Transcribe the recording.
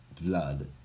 blood